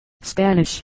Spanish